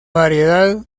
variedad